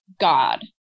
God